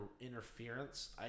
interference